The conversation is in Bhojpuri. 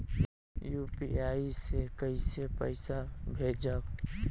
यू.पी.आई से कईसे पैसा भेजब?